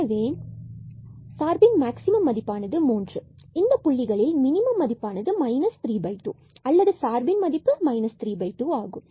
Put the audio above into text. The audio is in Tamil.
எனவே சார்பின் மேக்சிமம் மதிப்பானது 3 இந்த புள்ளிகளில் மினிமம் மதிப்பானது 32 அல்லது சார்பின் மதிப்பு 32 ஆகும்